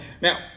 Now